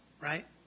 right